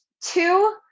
two